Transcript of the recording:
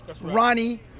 Ronnie